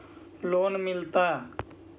Loan मिलता?